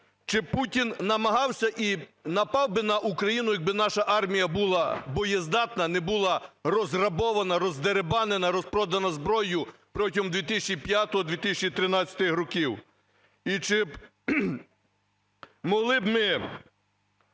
Чи Путін намагався і напав би на Україну, якби наша армія була боєздатна, не була розграбована, роздерибанена, розпродана зброя протягом 2005-2013 років? І чи могли б ми